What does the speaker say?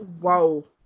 Whoa